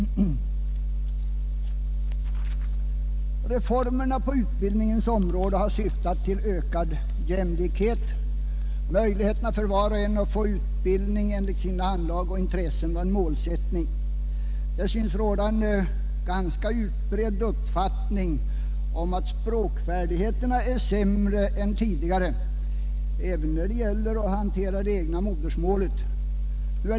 Reformerna på utbildningens område har syftat till ökad jämlikhet. Möjlighet för var och en att få utbildning enligt sina anlag och intressen var en målsättning. Det tycks råda en ganska utbredd uppfattning att språkfärdigheterna är sämre nu än tidigare, även när det gäller att hantera det egna modersmålet.